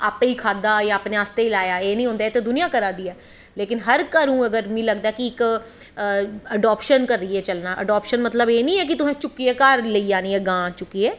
आपें गै खाद्धा दे अपनें आस्तै गै लेआंदा एह् दुनियां करा दी ऐ अगर हर घरों मि लगदा ऐ कि इक अड़ाप्शन करियै चलनां अड़ाप्शन एह् नी ऐ कि तुसें चुक्कियै घर लेई जानियां गां एह् नी ऐ